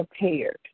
prepared